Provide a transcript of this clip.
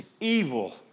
evil